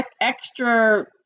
extra